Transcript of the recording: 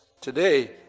today